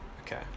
Okay